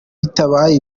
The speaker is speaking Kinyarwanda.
bitabaye